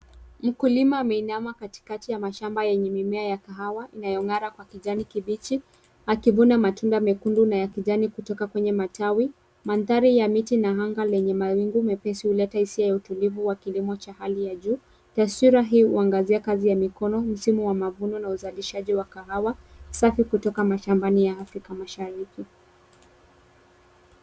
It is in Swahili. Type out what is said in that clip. Mkulima ameinama katikati ya mashamba yenye mimea ya kahawa inayong'aa kwa kijani kibichi akivuna matunda mekundu na ya kijani kutoka kwenye matawi. Mandhari ya miti na majani na anga lenye mawingu mepesi huleta hisia ya utulivu wa kilimo cha hali ya juu. Taswira hii huangazia kazi ya mikono, msimu wa mavuno na uzalishaji wa kahawa. Usafi kutoka mashambani ya Afrika mashariki.